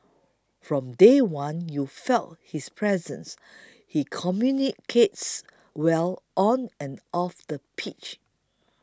from day one you felt his presence he communicates well on and off the pitch